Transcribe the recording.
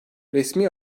resmi